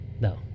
No